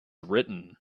written